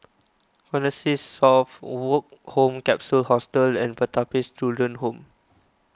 Connexis South Woke Home Capsule Hostel and Pertapis Children Home